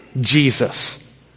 Jesus